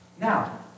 Now